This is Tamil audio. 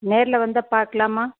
நேரில் வந்தா பார்க்கலாமா